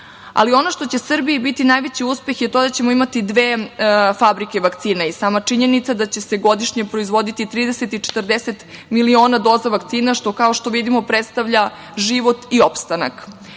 ljudi. Ono što će Srbiji biti najveći uspeh je to da ćemo imati dve fabrike vakcina i sama činjenica da će se godišnje proizvoditi 30 i 40 miliona vakcina što, kao što vidimo, predstavlja život i opstanak. Sigurna